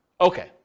Okay